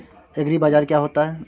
एग्रीबाजार क्या होता है?